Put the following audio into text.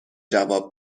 جواب